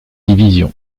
division